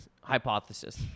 hypothesis